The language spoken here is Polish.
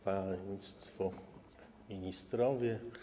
Państwo Ministrowie!